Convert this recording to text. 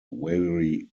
very